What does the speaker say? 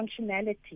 functionality